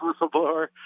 whistleblower